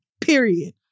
Period